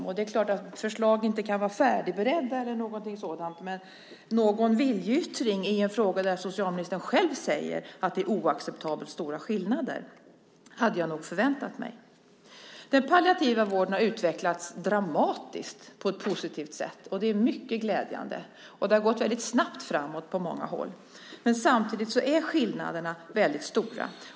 Förslag kan naturligtvis inte vara färdigberedda, men jag hade nog förväntat mig en viljeyttring i en fråga där socialministern själv säger att det är oacceptabelt stora skillnader. Den palliativa vården har utvecklats dramatiskt på ett positivt sätt. Det är mycket glädjande. Det har gått snabbt framåt på många håll. Samtidigt är skillnaderna väldigt stora.